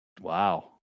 wow